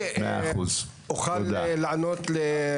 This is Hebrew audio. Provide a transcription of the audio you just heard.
אני אנסה להישאר עניינית.